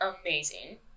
amazing